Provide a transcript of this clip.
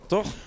Toch